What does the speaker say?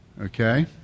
Okay